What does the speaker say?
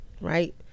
right